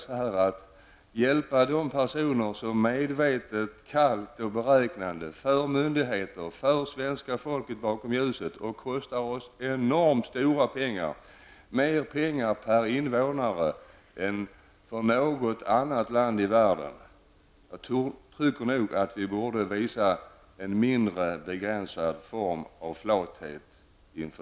Men att hjälpa de personer som medvetet, kallt och beräknande, för myndigheter och svenska folket bakom ljuset och kostar oss enormt stora pengar, mer pengar per invånare än i något annat land i världen, är något som jag tycker att vi borde visa en mindre begränsad form av flathet inför.